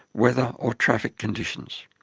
weather or traffic conditions.